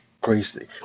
crazy